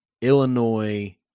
Illinois